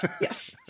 Yes